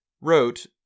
wrote